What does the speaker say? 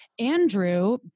Andrew